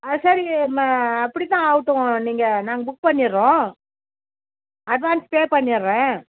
ஆ சரி ம அப்படி தான் ஆகட்டும் நீங்கள் நாங்கள் புக் பண்ணிடுறோம் அட்வான்ஸ் பே பண்ணிடுறேன்